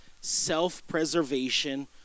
self-preservation